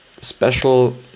special